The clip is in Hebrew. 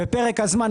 ופרק הזמן,